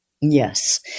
Yes